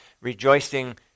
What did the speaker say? rejoicing